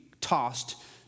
tossed